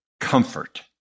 comfort